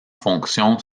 fonction